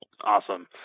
Awesome